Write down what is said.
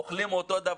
אוכלים אותו דבר.